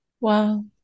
Wow